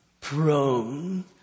prone